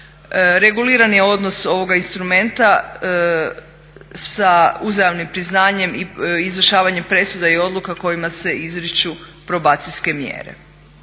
Reguliran je odnos ovoga instrumenta sa uzajamnim priznanjem i izvršavanjem presuda i odluka kojima se izriču probacijske mjere.